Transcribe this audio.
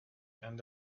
and